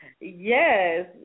Yes